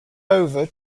over